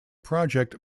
project